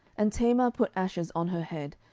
and tamar put ashes on her head,